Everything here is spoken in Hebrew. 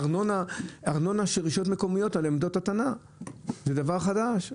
ארנונה של רשויות מקומיות על עמדות הטענה זה דבר חדש.